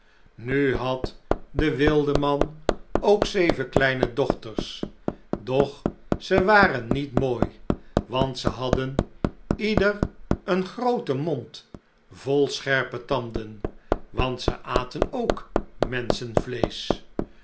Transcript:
nu had de wildeman ook zeven kleine dochters doch ze waren niet mooi want ze hadden ieder een grooten mond vol scherpe tanden want ze aten ook